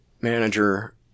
manager